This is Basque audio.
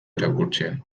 irakurtzen